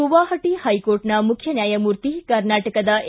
ಗುವಾಹಟ ಹೈಕೋರ್ಟ್ನ ಮುಖ್ಯ ನ್ಯಾಯಮೂರ್ತಿ ಕರ್ನಾಟಕದ ಎ